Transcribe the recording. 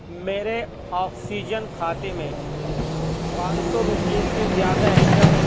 میرے آکسیجن کھاتے میں پانچ سو روپے سے زیادہ ہیں کیا